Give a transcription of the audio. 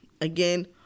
Again